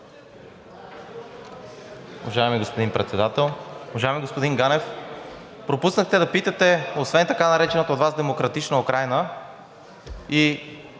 Уважаеми господин Председател! Уважаеми господин Ганев, пропуснахте да питате същия въпрос освен така наречената от Вас „Демократична Украйна“ и